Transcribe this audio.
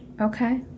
Okay